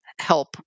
help